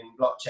blockchain